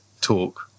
talk